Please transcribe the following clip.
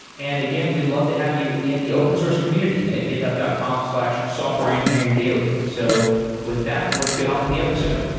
and again, we'd love to have you in the open-source community at github dot com slash softwareengineeringdaily. so with that, let's get on with the episode